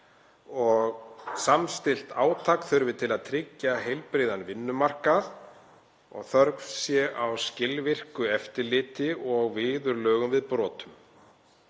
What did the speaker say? Samstillt átak þurfi til að tryggja heilbrigðan vinnumarkað og þörf sé á skilvirku eftirliti og viðurlögum við brotum.